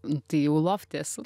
nu tai jau lofte esu